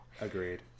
Agreed